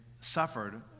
suffered